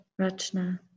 Rachna